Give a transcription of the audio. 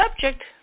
subject